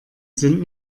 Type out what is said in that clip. sind